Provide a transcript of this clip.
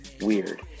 weird